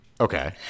Okay